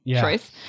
choice